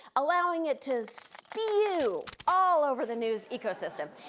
allowing it to spew all over the news ecosystem.